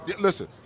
listen